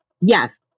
Yes